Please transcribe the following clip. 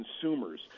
consumers